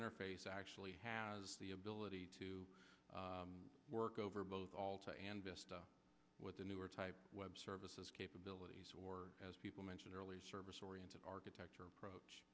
interface actually has the ability to work over both alter and test with the newer type web services capabilities or as people mentioned earlier service oriented architecture approach